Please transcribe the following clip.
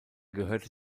gehörte